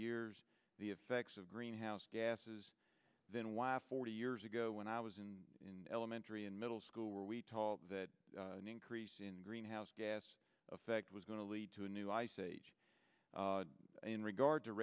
years the effects of greenhouse gases then why forty years ago when i was in elementary and middle school were we told that an increase in greenhouse gas effect was going to lead to a new ice age in regard to